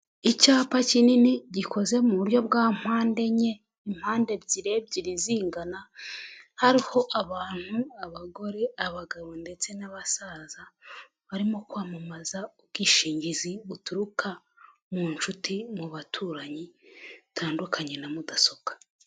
Icyapa kinini, gikoze mu buryo bwa mpande enye, impande ebyiri ebyiri zingana, hariho abantu, abagore, abagabo ndetse n'abasaza, barimo kwamamaza ubwishingizi buturuka mu nshuti, mu baturanyi batandukanye na mudasobwa.